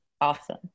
Awesome